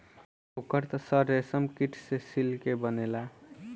ओकर त सर रेशमकीट से सिल्के बनेला